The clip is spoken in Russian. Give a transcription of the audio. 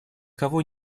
кого